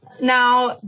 now